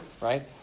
right